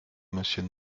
monsieur